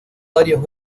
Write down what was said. varios